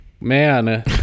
Man